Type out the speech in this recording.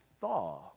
thaw